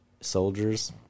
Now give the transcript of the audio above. soldiers